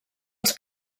als